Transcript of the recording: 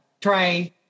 try